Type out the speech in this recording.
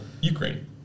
Ukraine